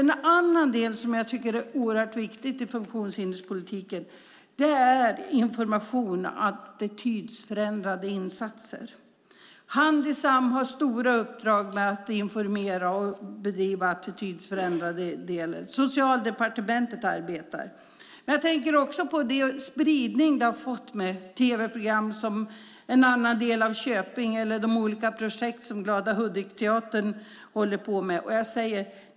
En annan del som jag tycker är oerhört viktig i funktionshinderspolitiken är information och attitydförändrande insatser. Handisam har stora uppdrag att informera och bedriva attitydförändrande insatser. Socialdepartementet arbetar också med det. Jag tänker också på den spridning det har fått med tv-program som En annan del av Köping och de olika projekt som Glada Hudikteatern håller på med.